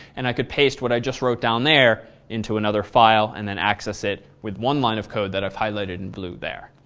and i could paste what i just wrote down there into another file and then access it with one line of code that i've highlighted in blue there.